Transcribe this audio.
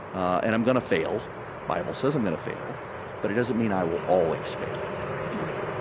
and i'm gonna fail bible says i'm gonna fail but it doesn't mean i will always fail